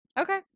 Okay